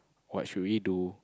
what should we do